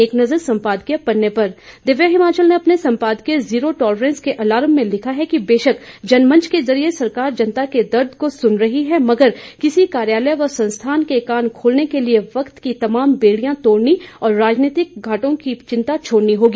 एक नज़र सम्पादकीय पन्ने पर दिव्य हिमाचल ने अपने संपादकीय जीरो टोलरेंस के अलार्म में लिखा है कि बेशक जनमंच के जरिए सरकार जनता के दर्द को सुन रही है मगर किसी कार्यालय व संस्थान के कान खोलने के लिए वक्त की तमाम बेड़ियां तोड़नी और राजनीतिक घाटों की चिंता छोड़नी होगी